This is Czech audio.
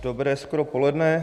Dobré skoro poledne.